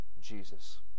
Jesus